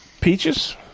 Peaches